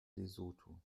lesotho